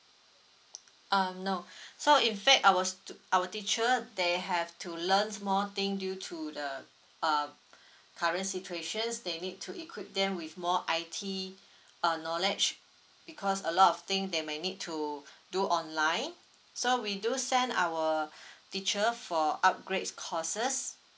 um no so in fact our stu~ our teacher they have to learns more thing due to the uh current situations they need to equip them with more I_T uh knowledge because a lot of thing they may need to do online so we do send our teacher for upgrades courses